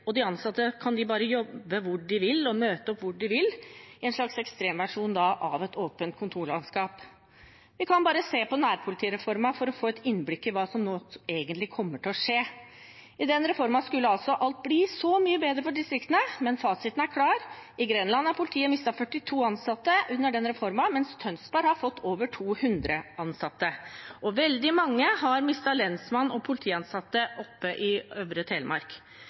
Og de ansatte? Kan de bare jobbe hvor de vil og møte opp hvor de vil – en slags ekstremversjon av et åpent kontorlandskap? Vi kan bare se på nærpolitireformen for å få et innblikk i hva som nå egentlig kommer til å skje. I den reformen skulle alt bli så mye bedre for distriktene, men fasiten er klar. I Grenland har politiet mistet 42 ansatte under den reformen, mens Tønsberg har fått over 200 ansatte. Og veldig mange har mistet politi- og lensmannsansatte i Øvre Telemark.